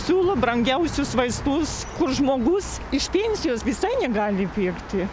siūlo brangiausius vaistus kur žmogus iš pensijos visai negali įpirkti